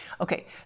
Okay